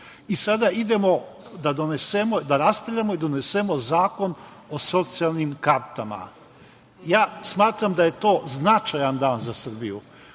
i sada idemo da raspravljamo i donesemo zakon o socijalnim kartama. Smatram da je to značajan dan za Srbiju. Ovaj